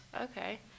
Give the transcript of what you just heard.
Okay